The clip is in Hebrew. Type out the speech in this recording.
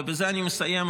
ובזה אני מסיים,